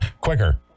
quicker